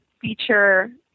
feature